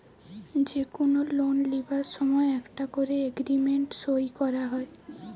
যে কুনো লোন লিবার সময় একটা কোরে এগ্রিমেন্ট সই কোরা হয়